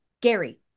Gary